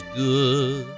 good